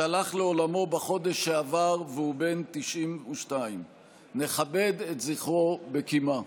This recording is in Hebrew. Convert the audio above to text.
שהלך לעולמו בחודש שעבר והוא בן 92. נכבד את זכרו בקימה.